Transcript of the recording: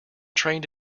trained